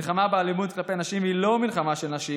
מלחמה באלימות כלפי נשים היא לא מלחמה של נשים,